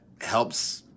helps